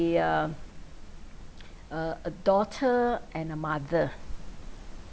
the uh a a daughter and a mother